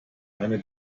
eine